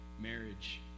marriage